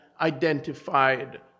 identified